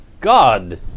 God